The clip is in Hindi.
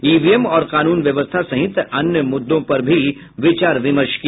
ईवीएम और कानून व्यवस्था सहित अन्य मुद्दों पर भी विमर्श किया